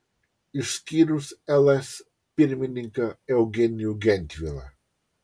išskyrus ls pirmininką eugenijų gentvilą